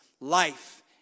life